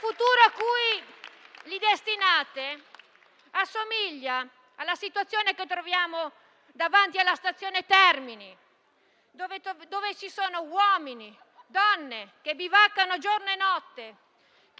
futuro cui li destinate assomiglia alla situazione che troviamo davanti alla stazione di Roma Termini, dove uomini e donne bivaccano giorno e notte,